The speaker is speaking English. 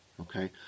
Okay